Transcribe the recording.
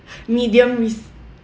medium risk